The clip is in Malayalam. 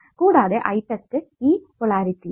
കൂടാതെ I test ഈ പൊളാരിറ്റിയിലും